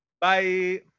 Bye